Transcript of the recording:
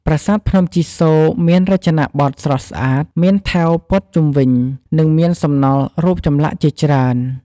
ប្រាសាទភ្នំជីសូរមានរចនាបថស្រស់ស្អាត មានថែវព័ទ្ធជុំវិញ និងមានសំណល់រូបចម្លាក់ជាច្រើន។